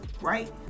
right